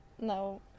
no